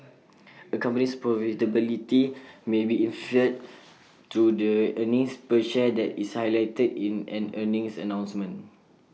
A company's profitability may be inferred through the earnings per share that is highlighted in an earnings announcement